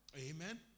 Amen